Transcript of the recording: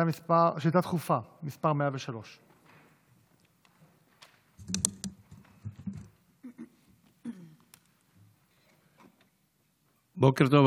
שאילתה דחופה מס' 103. בוקר טוב,